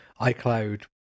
iCloud